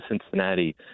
Cincinnati